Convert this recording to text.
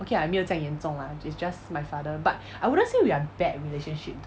okay lah 也没有这样严重 lah it's just my father but I wouldn't say we are bad relationship